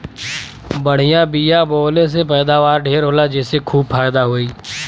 बढ़िया बिया बोवले से पैदावार ढेर होला जेसे खूब फायदा होई